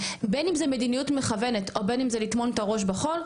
בין אם זה מדיניות מכוונת או בין אם זה לטמון את הראש בחול,